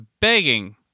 begging